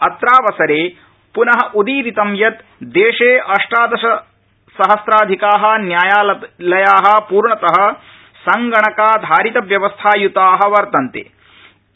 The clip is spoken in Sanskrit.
अत्रावसरे पुन उदीरित यत् देशे अष्टादशसहम्राधिका न्यायालया पूर्णत संगणकाधारितव्यवस्थायुता वर्तन्ते इति